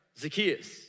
Zacchaeus